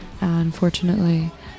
Unfortunately